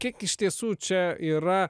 kiek iš tiesų čia yra